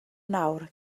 nawr